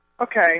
okay